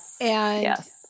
Yes